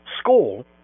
school